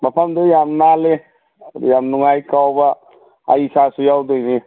ꯃꯐꯝꯗꯨ ꯌꯥꯝ ꯅꯥꯜꯂꯤ ꯌꯥꯝ ꯅꯨꯡꯉꯥꯏ ꯀꯥꯎꯕ ꯑꯩ ꯏꯁꯥꯁꯨ ꯌꯥꯎꯗꯣꯏꯅꯤ